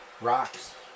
rocks